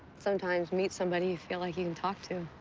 sometimes meet somebody you feel like you can talk to.